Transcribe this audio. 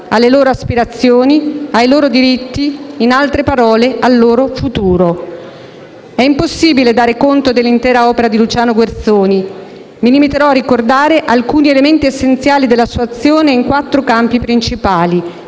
alle loro aspirazioni, ai loro diritti, in altre parole, al loro futuro. È impossibile dare conto dell'intera opera di Luciano Guerzoni. Mi limiterò a ricordare alcuni elementi essenziali della sua azione in quattro campi principali: